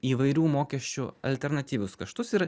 įvairių mokesčių alternatyvius kaštus ir